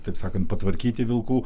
taip sakant patvarkyti vilkų